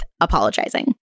apologizing